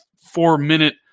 four-minute